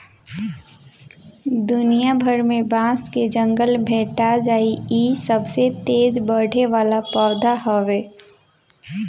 दुनिया भर में बांस के जंगल भेटा जाइ इ सबसे तेज बढ़े वाला पौधा हवे